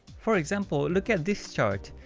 for example, look at this chart.